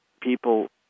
people